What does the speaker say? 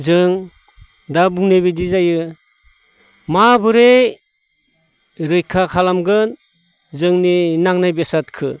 जों दा बुंनाय बायदि जायो माबोरै रैखा खालामगोन जोंनि नांनाय बेसादखो